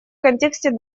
контексте